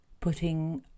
putting